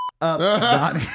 up